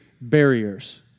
barriers